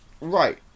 Right